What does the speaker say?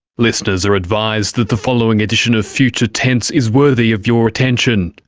listeners are advised that the following edition of future tense is worthy of your attention.